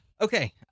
Okay